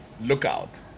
lookout